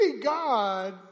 God